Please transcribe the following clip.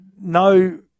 No